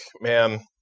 man